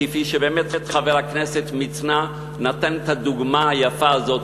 כפי שבאמת חבר הכנסת מצנע נתן את הדוגמה היפה הזאת,